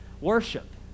worship